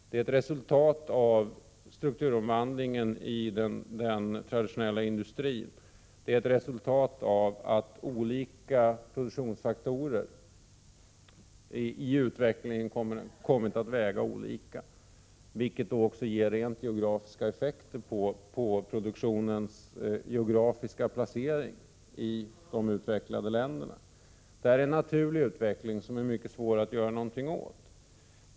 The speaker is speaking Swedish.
Den är ett resultat av strukturomvandlingen i den traditionella industrin, ett resultat av att olika produktionsfaktorer i utvecklingen kommit att väga olika mycket, vilket också ger rent geografiska effekter på produktionens placering i de utvecklade länderna. Det är en naturlig utveckling som är mycket svår att göra någonting åt.